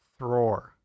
Thror